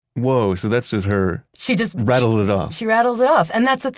whoa. so that's just her she just rattled it off she rattles it off. and that's the